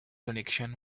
connection